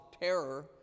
terror